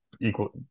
equal